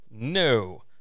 No